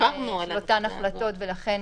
ולכן